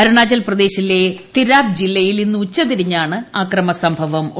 അരുണാചൽ പ്രദേശിലെ തിരാപ് ജില്ലയിൽ ഇന്ന് ഉച്ച തിരിഞ്ഞാണ് അക്രമസംഭവം നടന്നത്